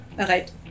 Alright